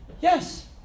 Yes